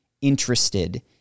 interested